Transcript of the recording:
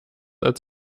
als